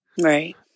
Right